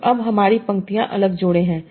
तो अब हमारी पंक्तियाँ अलग जोड़े हैं